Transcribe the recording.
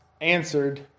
answered